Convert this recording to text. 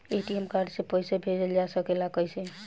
ATM card से पइसा भेजल जा सकेला कइसे?